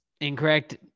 Incorrect